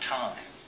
time